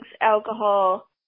alcohol